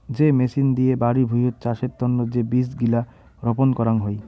যে মেচিন দিয়ে বাড়ি ভুঁইয়ত চাষের তন্ন যে বীজ গিলা রপন করাং হই